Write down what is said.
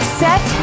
set